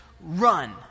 run